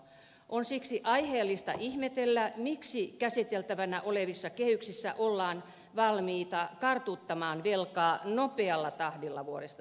on siksi aiheellista ihmetellä miksi käsiteltävänä olevissa kehyksissä ollaan valmiita kartuttamaan velkaa nopealla tahdilla vuodesta toiseen